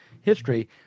history